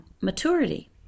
maturity